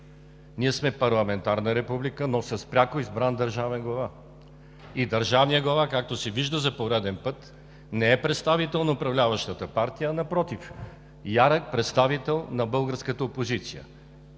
Ние сме парламентарна република, но с пряко избран държавен глава. И държавният глава, както се вижда за пореден път, не е представител на управляващата партия, а напротив – ярък представител на българската опозиция.